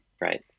Right